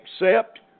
accept